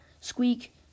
Squeak